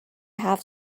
have